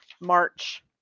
March